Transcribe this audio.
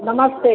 नमस्ते